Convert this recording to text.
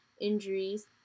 injuries